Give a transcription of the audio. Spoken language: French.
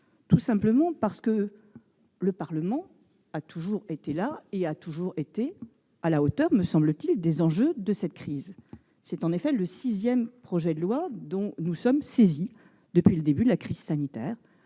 dans la mesure où le Parlement a toujours été présent et à la hauteur, me semble-t-il, des enjeux de cette crise. Il s'agit en effet du sixième projet de loi dont nous sommes saisis depuis le début de la crise sanitaire,